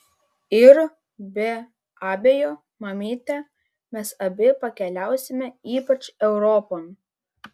ir be abejo mamyte mes abi pakeliausime ypač europon